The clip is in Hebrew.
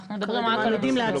אנחנו מדברים רק על המסעדות.